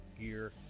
gear